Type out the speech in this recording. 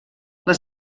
les